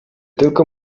tylko